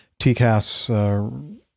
TCAS